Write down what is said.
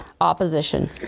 opposition